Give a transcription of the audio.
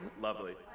Lovely